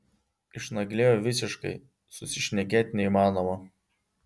išnaglėjo visiškai susišnekėt neįmanoma